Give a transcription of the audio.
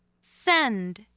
Send